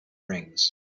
rings